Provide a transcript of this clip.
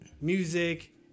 music